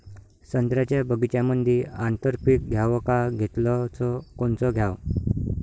संत्र्याच्या बगीच्यामंदी आंतर पीक घ्याव का घेतलं च कोनचं घ्याव?